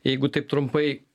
jeigu taip trumpai